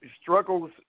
Struggles